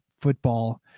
football